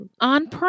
On